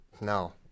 No